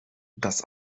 das